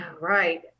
right